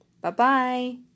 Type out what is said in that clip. Bye-bye